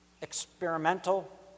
experimental